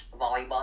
volleyball